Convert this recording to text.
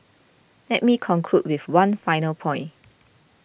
let me conclude with one final point